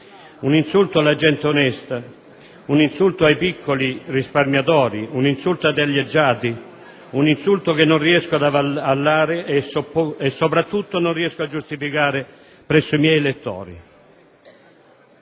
un insulto alla gente onesta; un insulto ai piccoli risparmiatori; un insulto ai taglieggiati; un insulto che non riesco ad avallare e, soprattutto, a giustificare presso i miei elettori